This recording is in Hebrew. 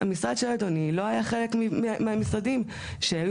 המשרד של אדוני לא היה חלק מהמשרדים שהעלו